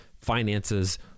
finances